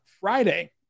Friday